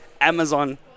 amazon